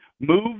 move